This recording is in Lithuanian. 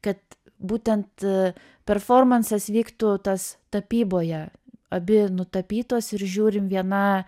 kad būtent performansas vyktų tas tapyboje abi nutapytos ir žiūrim viena